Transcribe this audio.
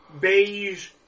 beige